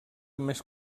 més